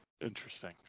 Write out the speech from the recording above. interesting